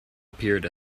appeared